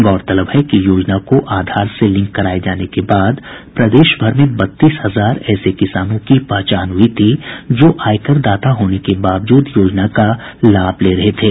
गौरतलब है कि योजना को आधार से लिंक कराये जाने के बाद प्रदेश भर में बत्तीस हजार ऐसे किसानों की पहचान हुई थी जो आयकरदाता होने के बावजूद योजना का लाभ ले रहे थे